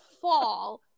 fall